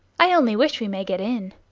i only wish we may get in.